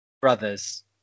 brothers